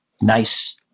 nice